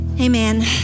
Amen